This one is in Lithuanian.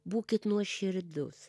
būkit nuoširdus